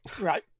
Right